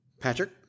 Patrick